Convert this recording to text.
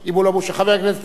חבר הכנסת נסים זאב,